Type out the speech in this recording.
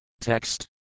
Text